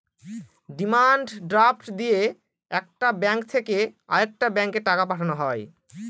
demand draft দিয়ে একটা bank থেকে আরেকটা ব্যাঙ্কে টাকা পাঠানো হয়